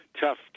tough